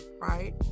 right